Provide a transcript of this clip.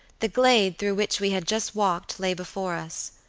the glade through which we had just walked lay before us.